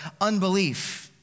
unbelief